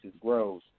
grows